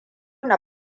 na